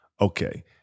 Okay